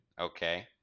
Okay